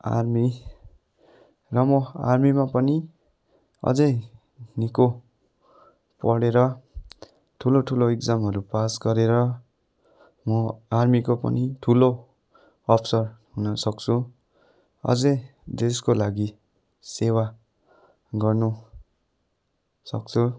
army र म आर्मीमा पनि अझै निकै पढेर ठुलो ठुलो एक्जामहरू पास गरेर म आर्मीको पनि ठुलो अफिसर हुनसक्छु अझै देशको लागि सेवा गर्नसक्छु